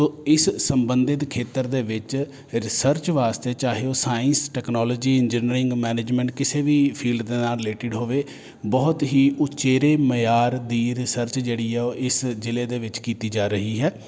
ਤੋ ਇਸ ਸੰਬੰਧਿਤ ਖੇਤਰ ਦੇ ਵਿੱਚ ਰਿਸਰਚ ਵਾਸਤੇ ਚਾਹੇ ਉਹ ਸਾਇੰਸ ਟੈਕਨੋਲੋਜੀ ਇੰਜੀਨੀਅਰਿੰਗ ਮੈਨੇਜਮੈਂਟ ਕਿਸੇ ਵੀ ਫੀਲਡ ਦੇ ਨਾਲ ਰਿਲੇਟਡ ਹੋਵੇ ਬਹੁਤ ਹੀ ਉਚੇਰੇ ਮਿਆਰ ਦੀ ਰਿਸਰਚ ਜਿਹੜੀ ਆ ਉਹ ਇਸ ਜ਼ਿਲ੍ਹੇ ਦੇ ਵਿੱਚ ਕੀਤੀ ਜਾ ਰਹੀ ਹੈ